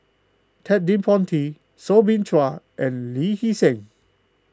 Ted De Ponti Soo Bin Chua and Lee Hee Seng